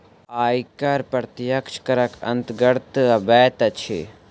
आयकर प्रत्यक्ष करक अन्तर्गत अबैत अछि